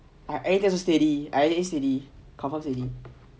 I anything also steady I really steady